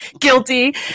guilty